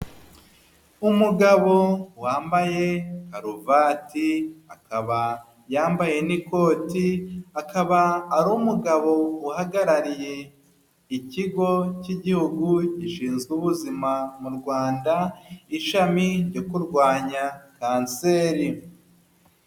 Umugabo wambaye karuvati akaba yambaye n'ikoti akaba ari umugabo uhagarariye ikigo cy'igihugu gishinzwe ubuzima mu Rwanda ishami ryo kurwanya kanseri.